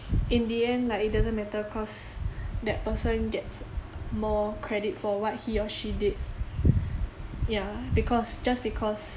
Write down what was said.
in the end like it doesn't matter cause that person gets more credit for what he or she did ya because just because